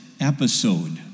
episode